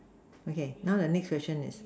okay now next question is